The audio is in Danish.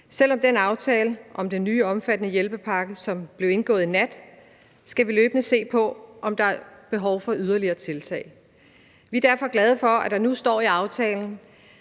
Selv med den aftale om den nye omfattende hjælpepakke, som blev indgået i nat, skal vi løbende se på, om der er behov for yderligere tiltag. Vi er derfor glade for, at der nu står i aftalen,